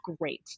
great